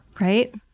right